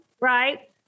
right